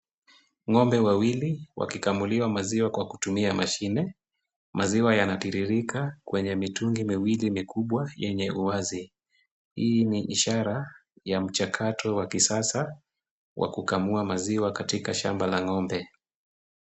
Ng'ombe wawili wakikamuliwa maziwa kwa kutumia mashine. Maziwa yanatiririka kwenye mitungi miwili mikubwa yenye uwazi. Hii ni ishara ya mchakato wa kisasa wa kukamua maziwa katika shamba la ng'ombe.